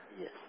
Yes